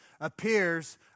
appears